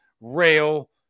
rail